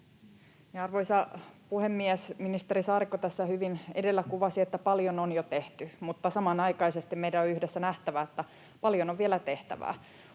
Arvoisa puhemies! Ministeri Saarikko tässä hyvin edellä kuvasi, että paljon on jo tehty, mutta samanaikaisesti meidän on yhdessä nähtävä, että paljon on vielä tehtävää.